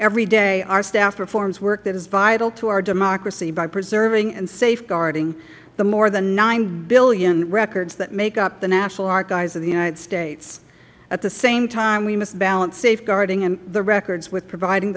every day our staff performs work that is vital to our democracy by preserving and safeguarding the more than nine billion records that make up the national archives of the united states at the same time we must balance safeguarding the records with providing